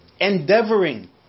endeavoring